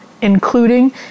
including